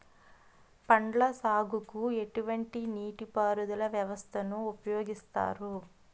పండ్ల సాగుకు ఎటువంటి నీటి పారుదల వ్యవస్థను ఉపయోగిస్తారు?